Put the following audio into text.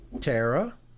Tara